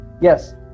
Yes